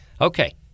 Okay